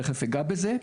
תיכף אגע בזה,